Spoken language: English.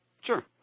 Sure